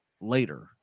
later